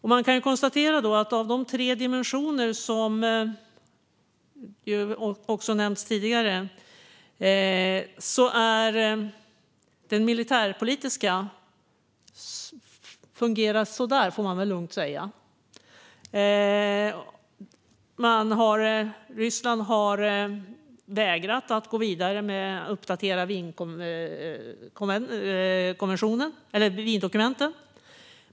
Vi kan konstatera att av de tre dimensioner som också nämnts tidigare fungerar den militärpolitiska så där, får man väl lugnt säga. Ryssland har vägrat att gå vidare med att uppdatera Wiendokumenten.